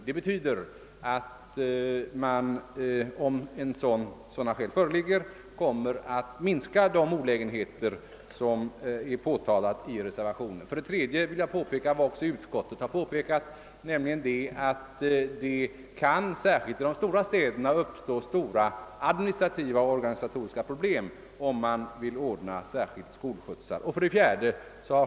Det betyder att man, om sådana skäl föreligger, kommer att minska de olägenheter som är påtalade i reservationen. Jag vill påpeka vad också utskottet påpekat, nämligen att det särskilt i de stora städerna kan uppstå administrativa och organisatoriska problem, om man vill ordna med skolskjutsar.